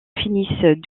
finissent